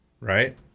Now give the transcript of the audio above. right